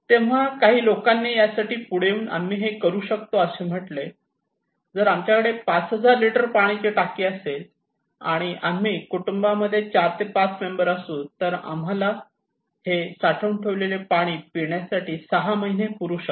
तेव्हा काही लोकांनी यासाठी पुढे येऊन आम्ही हे करू शकतो असे म्हटले जर आमच्याकडे 5000 लिटर पाण्याची टाकी असेल आणि जर आम्ही कुटुंबामध्ये 4 ते 5 मेंबर असू तर आम्हाला हे साठवून ठेवलेले पाणी पिण्यासाठी सहा महिने पुरू शकते